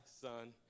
son